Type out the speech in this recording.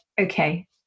okay